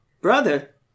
Brother